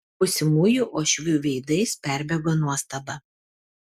būsimųjų uošvių veidais perbėgo nuostaba